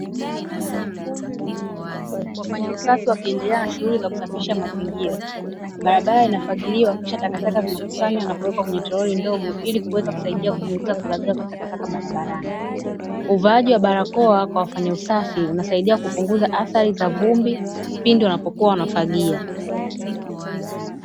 Wafanya usafi wakiendelea na shughuli za kusafisha mazingira, barabara inafagiliwa kisha taakataka zinakusanywa na kuweka kwenye toroli ndogo ili kusaidia kupunguza kuzagaa kwa takataka barabarani. Uvaaji wa barakoa kwa wafanya usafi inasaidia kupunguza adhari za vumbi pindi wanapokua wanafagia.